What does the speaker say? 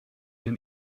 den